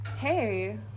hey